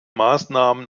maßnahmen